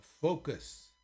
focus